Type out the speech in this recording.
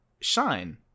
shine